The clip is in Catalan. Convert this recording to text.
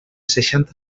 seixanta